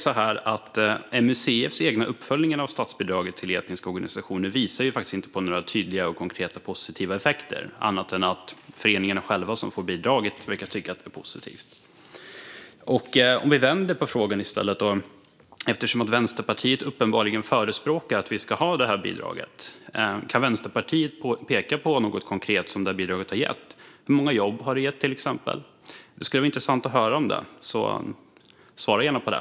MUCF:s egna uppföljning av statsbidragen till etniska organisationer visar inte på några tydliga och konkreta positiva effekter, annat än att föreningarna som får bidraget själva verkar tycka att det är positivt. Vi kan i stället vända på frågan. Eftersom Vänsterpartiet uppenbarligen förespråkar att vi ska ha det här bidraget, kan Vänsterpartiet peka på något konkret som det bidraget har gett? Hur många jobb har det gett, till exempel? Det skulle vara intressant att höra om det. Svara gärna på det.